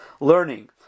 learning